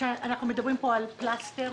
שאנחנו מדברים פה על פלסטר,